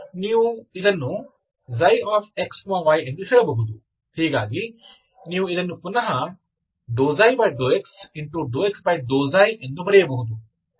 ಇದನ್ನು ನೀವು ξxy ಎಂದು ಹೇಳಬಹುದು ಹೀಗಾಗಿ ನೀವು ಇದನ್ನು ಪುನಃ ∂x∂xಎಂದು ಬರೆಯಬಹುದು